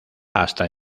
hasta